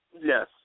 Yes